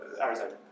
Arizona